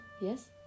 Yes